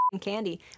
candy